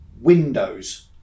windows